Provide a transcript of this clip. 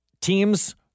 Teams